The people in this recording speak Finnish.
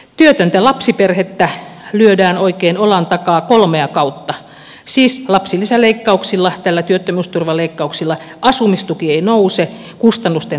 työtöntä lapsiperhettä lyödään oikein olan takaa kolmea kautta siis lapsilisäleikkauksilla tällä työttömyysturvan leikkauksilla ja sillä että asumistuki ei nouse kustannusten tahdissa